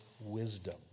wisdom